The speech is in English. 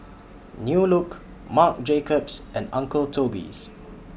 New Look Marc Jacobs and Uncle Toby's